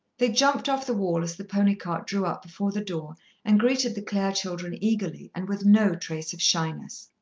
they jumped off the wall as the pony-cart drew up before the door and greeted the clare children eagerly, and with no trace of shyness.